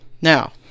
Now